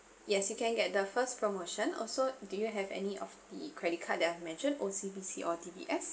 yes you can get the first promotion also do you have any of the credit card that I've mentioned O_C_B_C or D_B_S